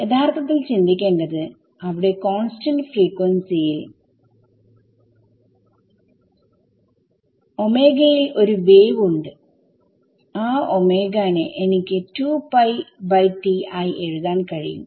യഥാർത്ഥത്തിൽ ചിന്തിക്കേണ്ടത് അവിടെ കോൺസ്റ്റന്റ് ഫ്രീക്വൻസിയിൽ ൽ ഒരു വേവ് ഉണ്ട് ആ നെ എനിക്ക് ആയി എഴുതാൻ കഴിയും